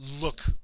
look